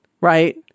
Right